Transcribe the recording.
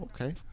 okay